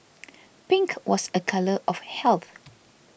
pink was a colour of health